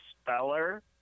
speller